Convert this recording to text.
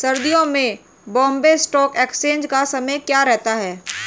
सर्दियों में Bombay stock exchange का समय क्या रहता है?